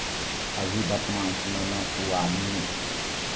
अभी वर्तमान समयमे ओ आदमी